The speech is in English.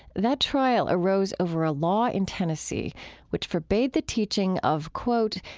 that trial arose over a law in tennessee which forbade the teaching of, quote,